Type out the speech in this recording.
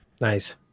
Nice